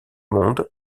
monde